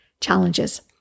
challenges